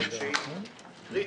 למרות שהיא קריטית.